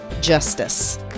justice